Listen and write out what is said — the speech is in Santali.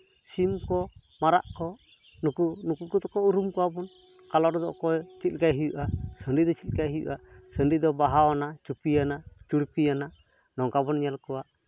ᱥᱤᱢ ᱠᱚ ᱢᱟᱨᱟᱜ ᱠᱚ ᱱᱩᱠᱩ ᱱᱩᱠᱩ ᱠᱚ ᱩᱨᱩᱢ ᱠᱚᱣᱟ ᱵᱚᱱ ᱠᱟᱞᱚᱴ ᱫᱚ ᱚᱠᱚᱭ ᱪᱮᱫᱠᱟᱭ ᱦᱩᱭᱩᱜᱟ ᱥᱟᱺᱰᱤ ᱫᱚ ᱪᱮᱫᱠᱟᱭ ᱦᱩᱭᱩᱜᱼᱟ ᱥᱟᱰᱤ ᱫᱚ ᱵᱟᱦᱟ ᱟᱱᱟ ᱪᱩᱯᱤ ᱟᱱᱟ ᱪᱩᱲᱯᱤ ᱟᱱᱟ ᱱᱚᱝᱠᱟᱵᱚᱱ ᱧᱮᱞ ᱠᱚᱣᱟ